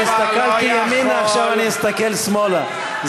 אני הסתכלתי ימינה, עכשיו אני אסתכל שמאלה.